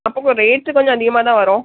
அப்போ கொ ரேட்டு கொஞ்சம் அதிகமாக தான் வரும்